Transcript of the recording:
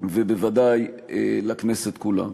ובוודאי לכנסת כולה.